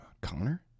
Connor